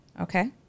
Okay